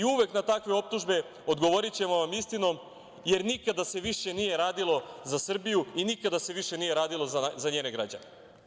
Uvek na takve optužbe odgovorićemo vam istinom, jer nikada se više nije radilo za Srbiju i nikada se više nije radilo za njene građane.